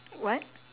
what